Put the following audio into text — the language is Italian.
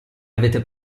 avete